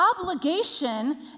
Obligation